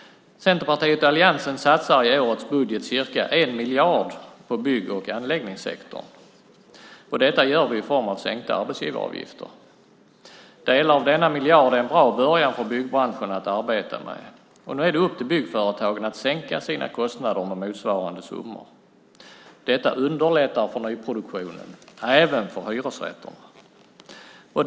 Centerpartiet och alliansen satsar i årets budget ca 1 miljard på bygg och anläggningssektorn. Detta gör vi i form av sänkta arbetsgivaravgifter. Delar av denna miljard är en bra början för byggbranschen att arbeta med. Nu är det upp till byggföretagen att sänka sina kostnader med motsvarande summor. Detta underlättar för nyproduktionen och även för hyresrätterna.